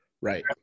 Right